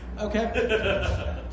Okay